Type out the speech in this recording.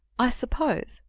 i suppose,